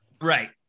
right